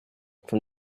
from